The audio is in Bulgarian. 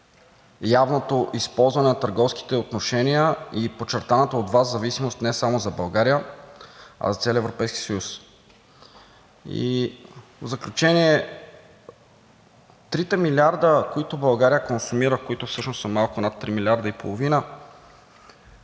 явното използване на търговските отношения и подчертаната от Вас зависимост – не само за България, а за целия Европейски съюз. В заключение трите милиарда, които България консумира, които всъщност са малко над 3,5 милиарда, имат